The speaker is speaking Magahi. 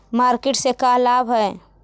मार्किट से का लाभ है?